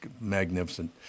magnificent